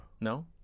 No